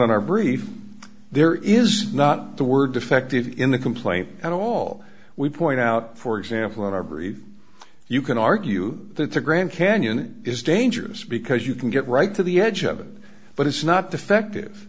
in our brief there is not the word defective in the complaint at all we point out for example that our brief you can argue that the grand canyon is dangerous because you can get right to the edge of it but it's not defective